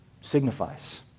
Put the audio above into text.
signifies